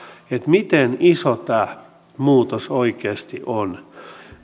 miten iso tämä muutos oikeasti on